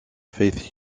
faith